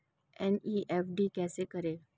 NEFT कैसे करें?